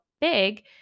big